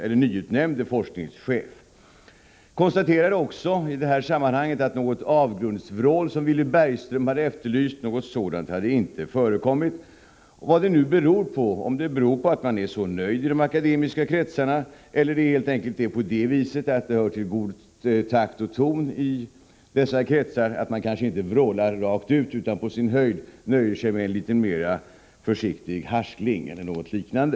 Jörgen Ullenhag konstaterade också att något avgrundsvrål, som Willy Bergström efterlyst, inte hade förekommit. Frågan är vad nu det beror på — om det beror på att man är så nöjd i de akademiska kretsarna, eller om det helt enkelt är så att det hör till god takt och ton i dessa kretsar att man inte vrålar rakt ut utan på sin höjd nöjer sig med en litet mer försiktig harkling eller något liknande.